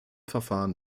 verfahren